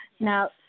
Now